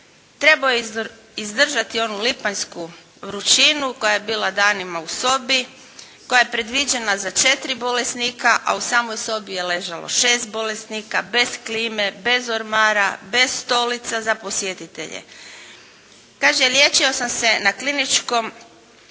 trebao je izdržati onu lipanjsku vrućinu koja je bila danima u sobi, koja je predviđena za 4 bolesnika, a u samoj sobi je ležalo 6 bolesnika, bez klime, bez ormara, bez stolica za posjetitelje. Kaže: "Liječio sam se na Kirurškom